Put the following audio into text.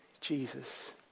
Jesus